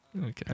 Okay